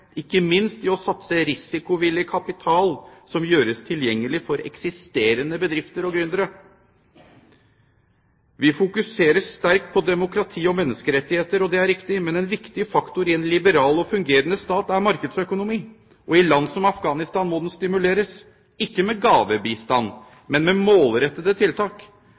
ikke minst i å satse risikovillig kapital som gjøres tilgjengelig for eksisterende bedrifter og gründere. Vi fokuserer sterkt på demokrati og menneskerettigheter, og det er riktig. Men en viktig faktor i en liberal og fungerende stat er markedsøkonomi, og i land som Afghanistan må den stimuleres – ikke med gavebistand, men med målrettede tiltak.